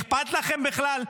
אכפת לכם בכלל?